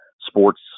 sports